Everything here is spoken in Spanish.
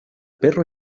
perro